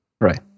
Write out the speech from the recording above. right